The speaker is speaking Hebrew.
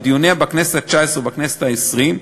בדיוניה בכנסת התשע-עשרה ובכנסת העשרים,